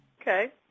Okay